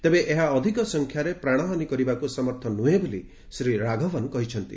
ତେବେ ଏହା ଅଧିକ ସଂଖ୍ୟାରେ ପ୍ରାଣହାନୀ କରିବାକୁ ସମର୍ଥ ନୁହେଁ ବୋଲି ଶ୍ରୀ ରାଘବନ୍ କହିଛନ୍ତି